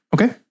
Okay